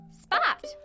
Spot